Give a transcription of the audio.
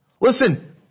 Listen